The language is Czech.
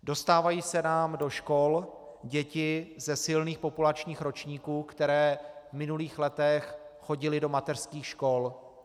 Dostávají se nám do škol děti ze silných populačních ročníků, které v minulých letech chodily do mateřských škol.